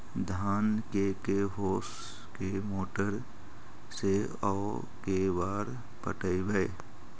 धान के के होंस के मोटर से औ के बार पटइबै?